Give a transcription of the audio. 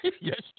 Yes